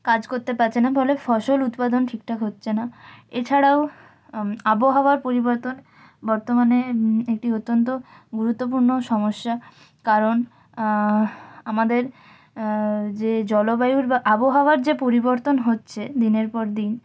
কাজ করতে পাচ্ছে না ফলে ফসল উৎপাদন ঠিকঠাক হচ্ছে না এছাড়াও আবহাওয়ার পরিবর্তন বর্তমানে একটি অত্যন্ত গুরুত্বপূর্ণ সমস্যা কারণ আমাদের যে জলবায়ুর বা আবহাওয়ার যে পরিবর্তন হচ্ছে দিনের পর দিন